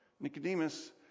Nicodemus